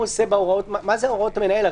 מה זה הוראות המנהל?